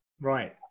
Right